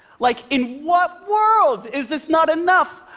like, in what world is this not enough?